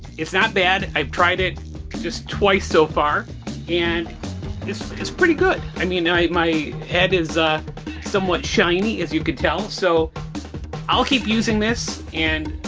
it's not bad i've tried it just twice so far and it's it's pretty good. i mean now my head is somewhat shiny as you could tell so i'll keep using this and